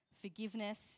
Forgiveness